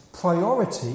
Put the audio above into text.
priority